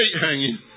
hanging